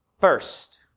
first